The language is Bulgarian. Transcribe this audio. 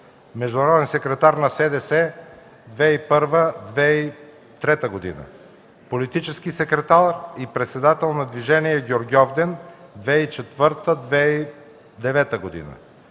международен секретар е на СДС 2001-2003 г.; политически секретар и председател на Движение „Гергьовден” от 2004 до